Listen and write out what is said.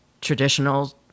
traditional